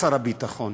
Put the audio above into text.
שר הביטחון,